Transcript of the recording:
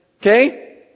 okay